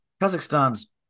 Kazakhstan's